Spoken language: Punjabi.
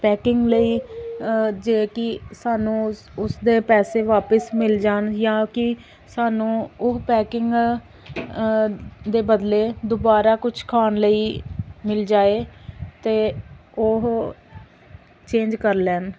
ਪੈਕਿੰਗ ਲਈ ਜੇ ਕੀ ਸਾਨੂੰ ਉਸ ਉਸਦੇ ਪੈਸੇ ਵਾਪਸ ਮਿਲ ਜਾਣ ਜਾਂ ਕਿ ਸਾਨੂੰ ਉਹ ਪੈਕਿੰਗ ਦੇ ਬਦਲੇ ਦੁਬਾਰਾ ਕੁਛ ਖਾਣ ਲਈ ਮਿਲ ਜਾਵੇ ਅਤੇ ਉਹ ਚੇਂਜ ਕਰ ਲੈਣ